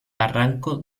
barranco